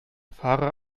fahrer